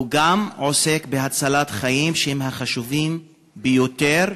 הוא גם עוסק בהצלת חיים, שהם החשובים ביותר,